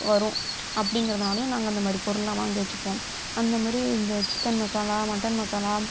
வரும் அப்படிங்கிறதுனாலயும் நாங்கள் அந்தமாதிரி பொருள்லாம் வாங்கி வச்சிப்போம் அந்தமாதிரி இந்த சிக்கன் மசாலா மட்டன் மசாலா